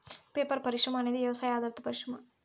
paper పరిశ్రమ అనేది వ్యవసాయ ఆధారిత పరిశ్రమ